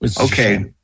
Okay